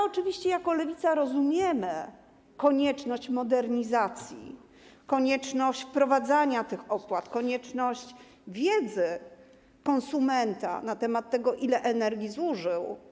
Oczywiście jako Lewica rozumiemy konieczność modernizacji, konieczność wprowadzania tych opłat, konieczność przekazania konsumentowi wiedzy na temat tego, ile energii zużył.